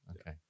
Okay